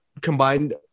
combined